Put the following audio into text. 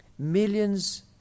Millions